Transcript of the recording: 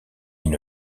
une